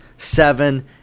seven